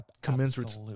commensurate